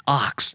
ox